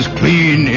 clean